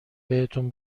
بهتون